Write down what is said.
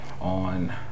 on